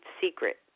secret